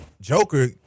Joker